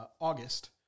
August